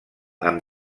amb